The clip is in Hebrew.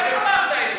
איך אמרת את זה?